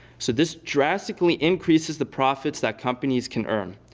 so this drastically increases the profits that companies can earn.